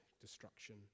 destruction